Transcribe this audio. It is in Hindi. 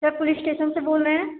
सर पुलिश स्टेसन से बोल रहे हैं